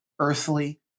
earthly